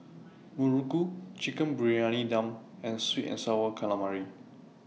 Muruku Chicken Briyani Dum and Sweet and Sour Calamari